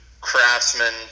craftsman